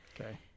Okay